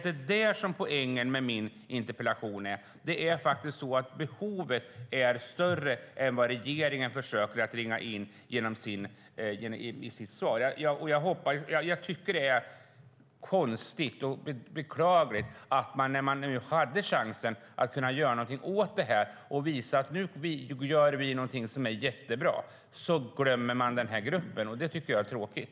Det är poängen med min interpellation. Behovet är större än vad regeringen försöker att ringa in i sitt svar. Det är konstigt och beklagligt att man glömmer denna grupp när man nu hade chansen att göra något bra. Det är tråkigt.